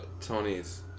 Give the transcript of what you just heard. Tony's